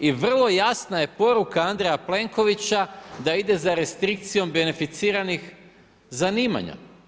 I vrlo jasna je poruka Andreja Plenkovića da ide za restrikcijom beneficiranih zanimanja.